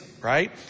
right